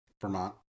Vermont